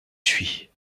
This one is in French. suis